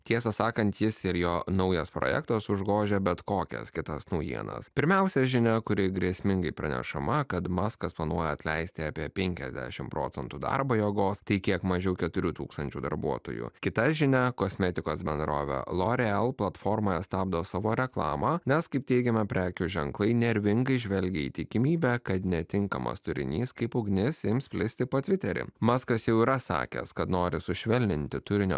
tiesą sakant jis ir jo naujas projektas užgožia bet kokias kitas naujienas pirmiausia žinia kuri grėsmingai pranešama kad maskva planuoja atleisti apie penkiasdešimt procentų darbo jėgos tai kiek mažiau keturių tūkstančių darbuotojų kita žinia kosmetikos bendrove loreal platformoje stabdo savo reklamą nes kaip teigiama prekių ženklai nervingai žvelgia į tikimybę kad netinkamas turinys kaip ugnis ims plisti po tviterį maskas jau yra sakęs kad nori sušvelninti turinio